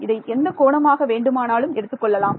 இதை எந்த கோணமாக வேண்டுமானாலும் எடுத்துக் கொள்ளலாம்